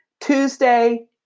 Tuesday